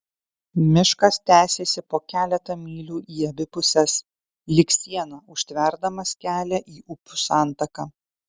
miškas tęsėsi po keletą mylių į abi puses lyg siena užtverdamas kelią į upių santaką